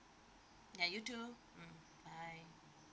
ya you too mm bye